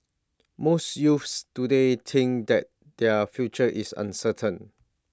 most youths today think that their future is uncertain